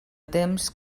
temps